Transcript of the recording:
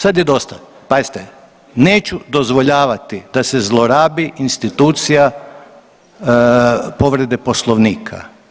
Sad je dosta, pazite neću dozvoljavati da se zlorabi institucija povrede poslovnika.